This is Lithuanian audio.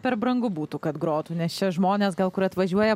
per brangu būtų kad grotų nes čia žmonės gal kur atvažiuoja